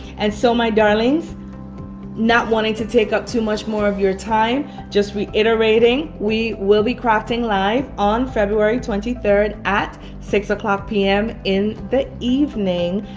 and so my darlings not wanting to take up too much more of your time just reiterating we will be crafting live on february twenty third at six o'clock p m. in the evening,